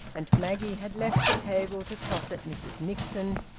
and maggie had left the table to cosset mrs nixon,